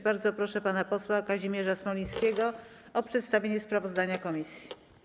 Bardzo proszę pana posła Kazimierza Smolińskiego o przedstawienie sprawozdania komisji.